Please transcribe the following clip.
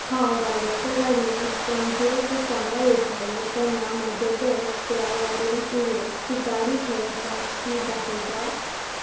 हांव भाड्याच्या गाडयेंत पणजे ते फोंडे वयतालें तेन्ना म्हजें बॅग त्या गाडयेंत उरलें ती गाडी खंय आसा ती दाखयता